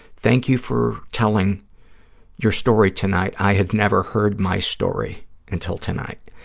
thank you for telling your story tonight, i had never heard my story until tonight.